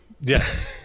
Yes